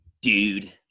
Dude